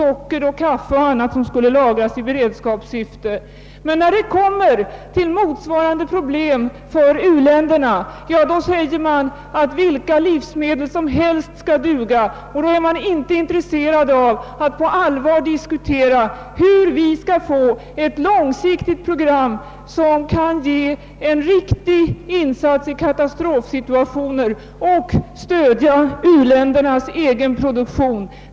Det talades om lagring av socker och kaffe i beredskapssyfte. Men när man kommer in på motsvarande problem för u-länderna säger man att vilka livsmedel som helst skall duga och är inte intresserad av att på allvar diskutera ett långsiktigt program, som innebär konstruktiva insatser i en katastrofsituation och stödåtgärder i fråga om u-ländernas egen produktion.